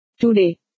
Today